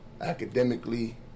Academically